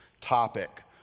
topic